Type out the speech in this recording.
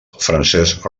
francesc